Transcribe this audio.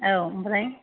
औ ओमफ्राय